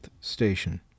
Station